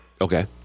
Okay